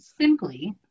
simply